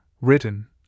written